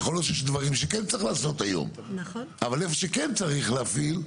יכול להיות שיש דברים שכן צריך לעשות היום אבל איפה שכן צריך להפעיל,